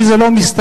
כי זה לא מסתדר.